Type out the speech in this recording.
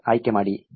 6 ಆಯ್ಕೆಮಾಡಿ